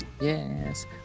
Yes